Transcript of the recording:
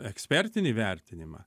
ekspertinį vertinimą